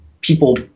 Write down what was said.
people